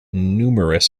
numerous